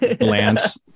Lance